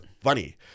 funny